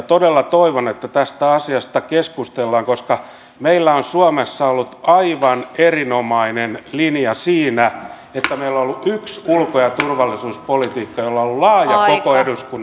todella toivon että tästä asiasta keskustellaan koska meillä on suomessa ollut aivan erinomainen linja siinä että meillä on ollut yksi ulko ja turvallisuuspolitiikka jolla on ollut laaja koko eduskunnan tuki